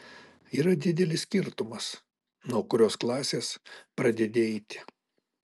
yra didelis skirtumas nuo kurios klasės pradedi eiti